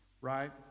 Right